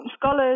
scholars